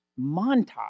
montage